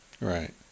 Right